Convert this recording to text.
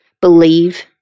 believe